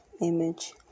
image